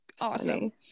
awesome